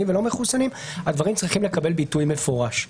ללא מחוסנים הדברים צריכים לקבל ביטוי מפורש.